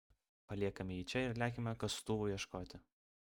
paliekame jį čia ir lekiame kastuvų ieškoti